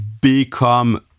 Become